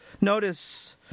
notice